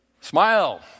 Smile